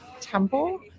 temple